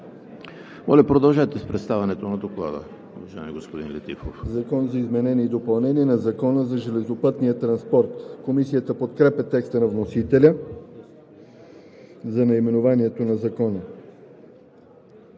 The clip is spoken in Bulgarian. моля, продължете с представянето на Доклада.